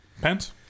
Pens